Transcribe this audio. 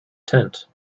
tent